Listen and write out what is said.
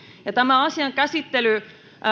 ja tämä asian käsittely